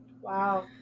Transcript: Wow